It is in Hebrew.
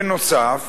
בנוסף,